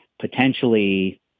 potentially